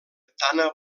tana